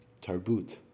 Tarbut